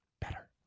better